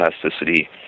plasticity